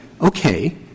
okay